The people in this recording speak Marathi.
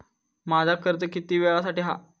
माझा कर्ज किती वेळासाठी हा?